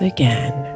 again